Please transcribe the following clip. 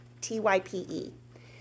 T-Y-P-E